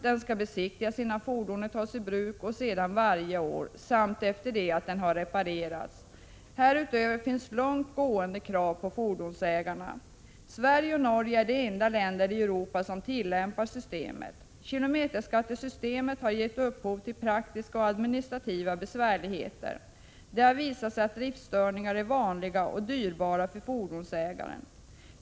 Den skall besiktigas innan fordonet tas i bruk och sedan varje år samt efter det att den har reparerats. Härutöver finns långt gående krav på fordonsägarna. Sverige och Norge är de enda länder i Europa som tillämpar systemet. Kilometerskattesystemet har gett upphov till praktiska och administrativa besvärligheter. Det har visat sig att driftstörningar är vanliga och dyrbara för fordonsägaren.